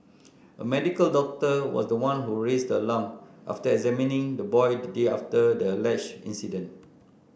a medical doctor was the one who raised the alarm after examining the boy the day after the alleged incident